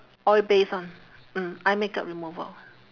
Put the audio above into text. oil based one mm eye makeup remover